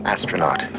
Astronaut